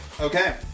okay